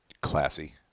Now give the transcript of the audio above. Classy